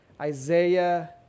Isaiah